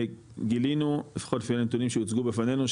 גילינו לפחות לפי הנתונים שהוצגו בפנינו,